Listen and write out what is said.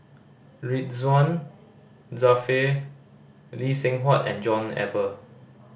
Ridzwan Dzafir Lee Seng Huat and John Eber